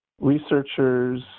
researchers